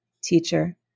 teacher